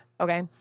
okay